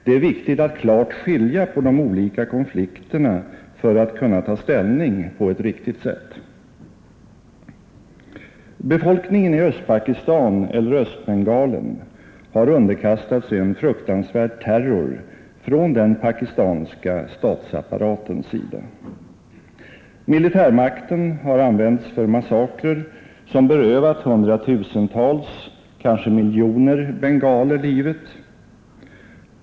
Det är viktigt att klart skilja på de olika konflikterna för att kunna ta ställning på ett riktigt sätt. Befolkningen i Östpakistan eller Östbengalen har underkastats en fruktansvärd terror från den pakistanska statsapparatens sida. Militärmakten har använts för massakrer som berövat hundratusentals — kanske miljoner — bengaler livet.